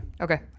Okay